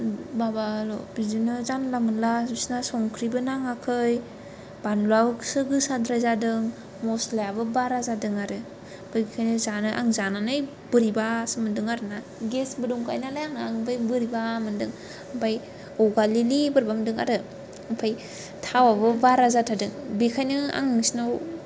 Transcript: माबाल' बिदिनो जानला मानला बिसना संख्रिबो नाङाखै बानलुआसो गोसाद्राय जादों मस्लायाबो बारा जादों आरो बेखायनो जानो आं जानानै बोरैबासो मोनदों आरो ना गेसबो दंखायो नालाय आंना आं बो बोरैबा मोनदों आमफ्राय अगालिलि बोरैबा मोनदों आरो आमफ्राय थावाबो बारा जाथारदों बेखायनो आं नोंसिनाव